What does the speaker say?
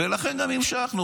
ולכן גם המשכנו.